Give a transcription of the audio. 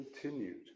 continued